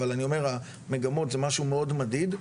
אבל אני אומר המגמות זה משהו מאוד מדיד,